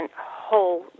whole